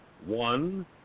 One